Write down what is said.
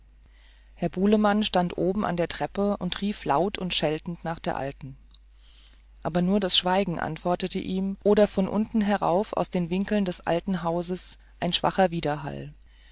herr bulemann stand oben an der treppe und rief laut und scheltend nach der alten aber nur das schweigen antwortete ihm oder von unten herauf aus den winkeln des alten hauses ein schwacher widerhall